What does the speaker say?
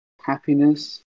happiness